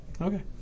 Okay